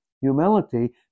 humility